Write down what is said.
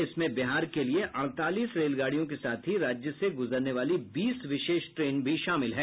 इसमें बिहार के लिये अड़तालीस रेलगाड़ियों के साथ ही राज्य से गुजरने वाली बीस विशेष ट्रेन भी शामिल हैं